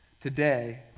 today